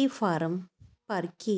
ਇਹ ਫਾਰਮ ਭਰ ਕੇ